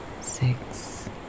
six